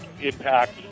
impact